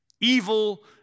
Evil